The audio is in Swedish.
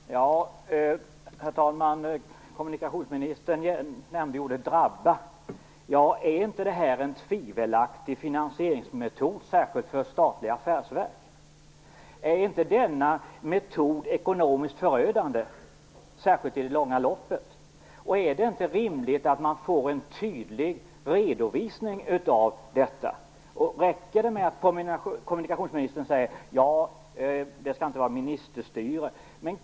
Herr talman! Kommunikationsministern nämnde ordet drabba. Är inte detta en tvivelaktig finansieringsmetod, särskilt för statliga affärsverk? Är inte denna metod ekonomiskt förödande, särskilt i det långa loppet? Är det inte rimligt att man får en tydlig redovisning av detta? Räcker det med att kommunikationsministern säger att det inte skall vara ministerstyre?